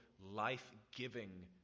life-giving